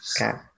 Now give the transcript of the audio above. okay